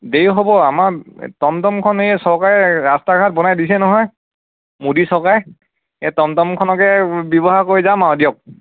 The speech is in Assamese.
দেৰি হ'ব আমাৰ টমটমখন এই চৰকাৰে ৰাস্তা ঘাট বনাই দিছে নহয় মোদী চৰকাৰে এই টমটমখনকে ব্যৱহাৰ কৰি যাম আৰু দিয়ক